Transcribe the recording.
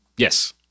Yes